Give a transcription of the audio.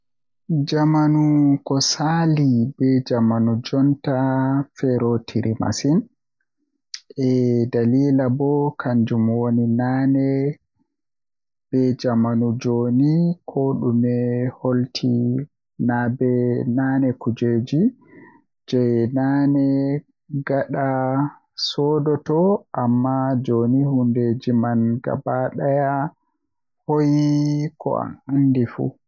Jamanu ko saali be jamanu jotta feerotiri masin, Eh dalila bo kanjum woni naane be jamanu jooni ko dume hoiti Naa ba naane kujeeji jei nane gada daya satodo amma jooni Hundeeji man gaba daya hoyi ko a andi fuu.